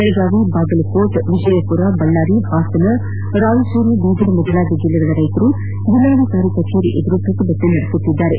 ಬೆಳಗಾವಿ ಬಾಗಲಕೋಟೆ ವಿಜಯಪುರ ಬಳ್ಳಾರಿ ಹಾಸನ ರಾಯಚೂರು ಬೀದರ್ ಮೊದಲಾದ ಜಿಲ್ಲೆಗಳ ರೈತರು ಜಿಲ್ಲಾಧಿಕಾರಿ ಕಚೇರಿ ಎದುರು ಪ್ರತಿಭಟನೆ ನಡೆಸುತ್ತಿದ್ದಾರೆ